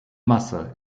masse